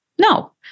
No